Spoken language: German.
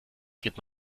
geht